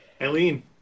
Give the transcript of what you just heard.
Eileen